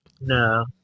No